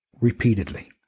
repeatedly